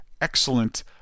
excellent